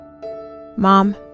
mom